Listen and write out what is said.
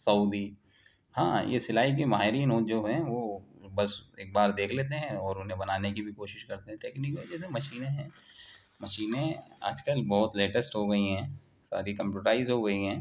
سعودی ہاں یہ سلائی کے ماہرین وہ جو ہیں وہ بس ایک بار دیکھ لیتے ہیں اور انہیں بنانے کی بھی کوشش کرتے ہیں تکنیکی ہے جیسے مشینیں ہیں مشینیں آج کل بہت لیٹسٹ ہو گئی ہیں ساری کمپیوٹرائز ہو گئی ہیں